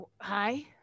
Hi